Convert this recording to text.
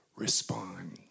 Respond